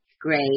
great